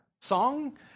song